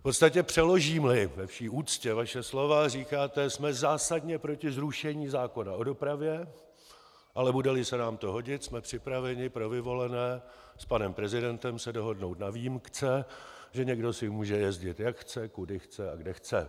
V podstatě přeložímeli ve vší úctě vaše slova, říkáte: Jsme zásadně proti zrušení zákona o dopravě, ale budeli se nám to hodit, jsme připraveni pro vyvolené s panem prezidentem se dohodnout na výjimce, že někdo si může jezdit, jak chce, kudy chce a kde chce.